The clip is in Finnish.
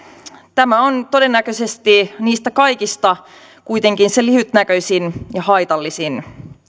tämä on todennäköisesti niistä kaikista kuitenkin se lyhytnäköisin ja haitallisin